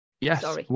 Yes